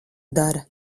dara